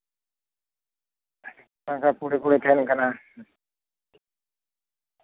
ᱵᱟᱝᱠᱷᱟᱱ ᱯᱚᱲᱮᱼᱯᱚᱲᱮ ᱛᱟᱦᱮᱱ ᱠᱟᱱᱟ